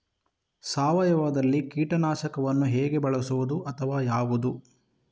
ಸಾವಯವದಲ್ಲಿ ಕೀಟನಾಶಕವನ್ನು ಹೇಗೆ ಬಳಸುವುದು ಅಥವಾ ಯಾವುದು?